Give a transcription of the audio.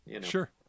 sure